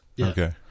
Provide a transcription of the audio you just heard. Okay